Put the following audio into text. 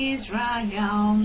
Israel